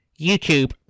YouTube